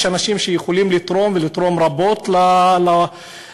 יש אנשים שיכולים לתרום רבות לאוכלוסייה,